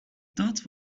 dat